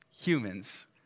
humans